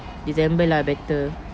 december lah better